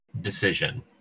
decision